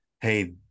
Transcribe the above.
Hey